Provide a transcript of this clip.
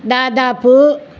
దాదాపు